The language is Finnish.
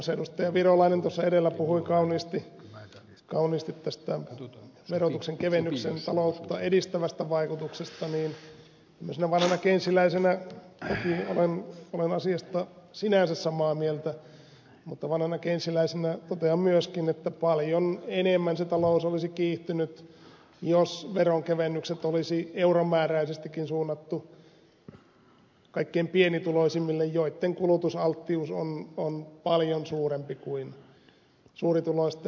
virolainen tuossa edellä puhui kauniisti tästä verotuksen kevennyksen taloutta edistävästä vaikutuksesta niin tämmöisenä vanhana keynesiläisenä toki olen asiasta sinänsä samaa mieltä mutta vanhana keynesiläisenä totean myöskin että paljon enemmän se talous olisi kiihtynyt jos veronkevennykset olisi euromääräisestikin suunnattu kaikkein pienituloisimmille joitten kulutusalttius on paljon suurempi kuin suurituloisten